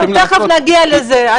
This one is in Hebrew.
אנחנו תכף נגיע לזה,